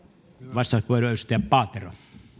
arvoisa herra puhemies